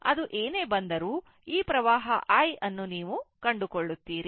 ಅದು ಏನೇ ಬಂದರೂ ಈ ವಿದ್ಯುತ್ ಹರಿವು i ಅನ್ನು ನೀವು ಕಂಡುಕೊಳ್ಳುತ್ತೀರಿ